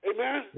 Amen